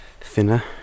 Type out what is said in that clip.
thinner